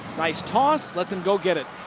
nice toss. let's him go get it.